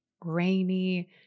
rainy